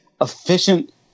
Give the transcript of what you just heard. efficient